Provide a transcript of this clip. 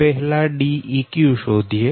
પહેલા Deq શોધીએ